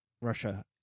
Russia